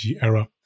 era